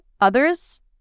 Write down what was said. others